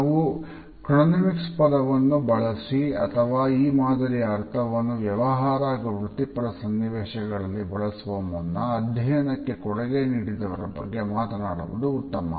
ನಾವು ಕ್ರೋನಿಮಿಕ್ಸ್ ಪದವನ್ನು ಬಳಸಿ ಅಥವಾ ಈ ಮಾದರಿಯ ಅರ್ಥವನ್ನು ವ್ಯವಹಾರ ಹಾಗೂ ವೃತ್ತಿಪರ ಸನ್ನಿವೇಶಗಳಲ್ಲಿ ಬಳಸುವ ಮುನ್ನ ಅಧ್ಯಯನಕ್ಕೆ ಕೊಡುಗೆ ನೀಡಿದವರ ಬಗ್ಗೆ ಮಾತನಾಡುವುದು ಉತ್ತಮ